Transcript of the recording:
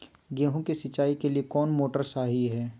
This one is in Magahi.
गेंहू के सिंचाई के लिए कौन मोटर शाही हाय?